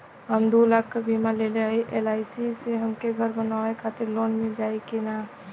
हम दूलाख क बीमा लेले हई एल.आई.सी से हमके घर बनवावे खातिर लोन मिल जाई कि ना?